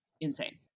insane